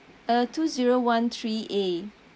uh two zero one three A